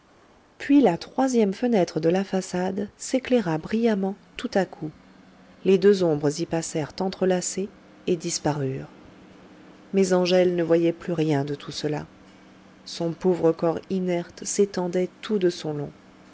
puis la troisième fenêtre de la façade s'éclaira brillamment tout à coup les deux ombres y passèrent entrelacées et disparurent mais àngèle ne voyait plus rien de tout cela son pauvre corps inerte s'étendait tout de son long